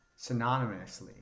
synonymously